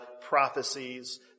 prophecies